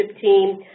team